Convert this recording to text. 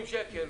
שואל,